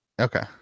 Okay